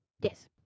Yes